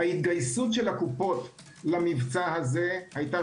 ההתגייסות של הקופות למבצע הזה היתה